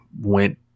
went